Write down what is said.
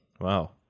Wow